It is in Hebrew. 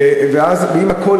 ואם הכול,